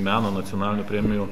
meno nacionalinių premijų